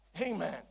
Amen